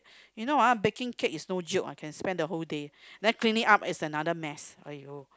you know ah baking cake is no joke ah can spend the whole day then cleaning up is another mess !aiyo!